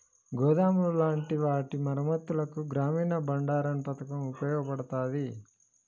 గోదాములు లాంటి వాటి మరమ్మత్తులకు గ్రామీన బండారన్ పతకం ఉపయోగపడతాది